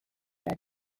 led